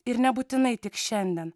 ir nebūtinai tik šiandien